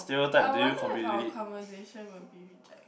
I wonder if our conversation will be reject